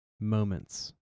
Moments